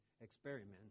experiments